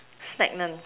stagnant